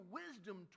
wisdom